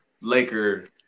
Laker